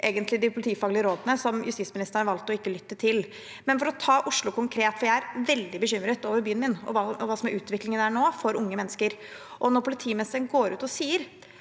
egentlig de politifaglige rådene som justisministeren har valgt å ikke lytte til. Ta Oslo konkret, for jeg er veldig bekymret for byen min og hva som nå er utviklingen for unge mennesker: Når politimesteren går ut og sier